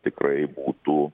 tikrai būtų